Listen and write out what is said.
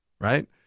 right